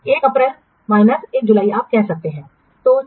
1 अप्रैल माइनस 1 जुलाई आप कह सकते हैं